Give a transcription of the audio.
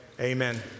amen